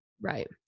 Right